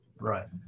Right